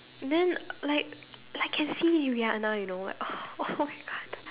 then like like can see Rihanna you know like oh oh-my-God